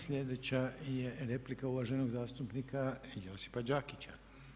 Sljedeća je replika uvaženog zastupnika Josipa Đakića.